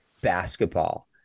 basketball